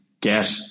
get